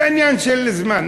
זה עניין של זמן,